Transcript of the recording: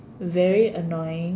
very annoying